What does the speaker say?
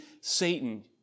Satan